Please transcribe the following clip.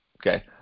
okay